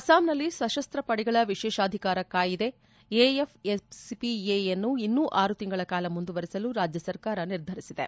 ಅಸ್ಲಾಂನಲ್ಲಿ ಸಶಸ್ತ ಪಡೆಗಳ ವಿಶೇಷಾಧಿಕಾರ ಕಾಯಿದೆ A F S P A ಯನ್ನು ಇನ್ನೂ ಆರು ತಿಂಗಳ ಕಾಲ ಮುಂದುವರೆಸಲು ರಾಜ್ಯ ಸರ್ಕಾರ ನಿರ್ಧರಿಸಿದೆ